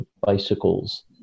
bicycles